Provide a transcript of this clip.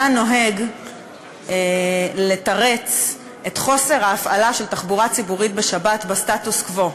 אתה נוהג לתרץ את האי-הפעלה של תחבורה ציבורית בשבת בסטטוס-קוו.